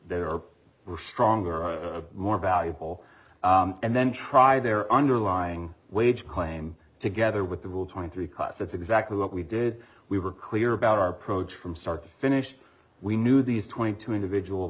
are stronger or more valuable and then try their underlying wage claim together with the rule twenty three cos that's exactly what we did we were clear about our approach from start to finish we knew these twenty two individuals